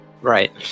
Right